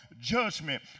judgment